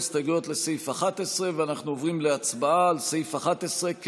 ההסתייגות (30) של קבוצת סיעת יש עתיד-תל"ם,